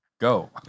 Go